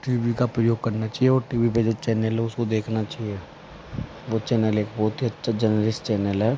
T V का प्रयोग करना चाहिए और टी वी पे जो चैनल है उसको देखना चाहिए वो चैनल एक बहुत ही अच्छा जर्नलिस्ट चैनल है